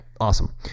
Awesome